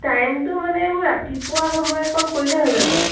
টাইমটো মানে মোৰ ৰাতিপুৱা সময়কণ কৰিলেই হৈ যাব